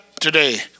today